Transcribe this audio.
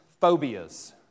phobias